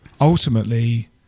ultimately